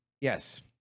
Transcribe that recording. Yes